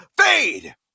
fade